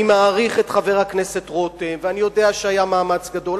אני מעריך את חבר הכנסת רותם ואני יודע שהיה מאמץ גדול,